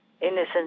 innocent